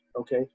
okay